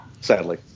sadly